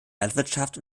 landwirtschaft